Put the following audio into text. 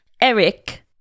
Eric